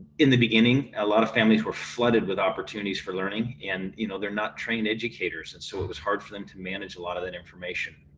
in the beginning, a lot of families were flooded with opportunities for learning, and you know they're not trained educators, and so it was hard for them to manage a lot of that information.